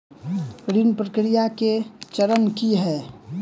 ऋण प्रक्रिया केँ चरण की है?